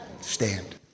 stand